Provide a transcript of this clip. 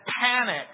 panic